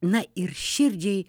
na ir širdžiai